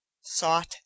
sought